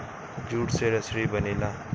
jute से रसरी बनेला